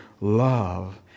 love